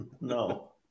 No